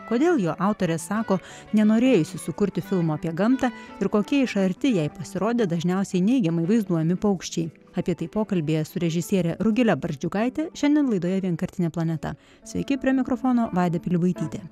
kodėl jo autorė sako nenorėjusi sukurti filmo apie gamtą ir kokie iš arti jai pasirodė dažniausiai neigiamai vaizduojami paukščiai apie tai pokalbyje su režisiere rugile barzdžiukaite šiandien laidoje vienkartinė planeta sveiki prie mikrofono vaida pilibaitytė